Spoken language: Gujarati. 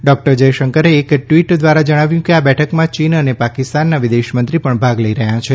ડોકટર જયશંકરે એક ટ્વીટ દ્વારા જણાવ્યું કે આ બેઠકમાં ચીન અને પાકિસ્તાનના વિદેશમંત્રી પણ ભાગ લઇ રહ્યા છે